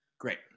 Great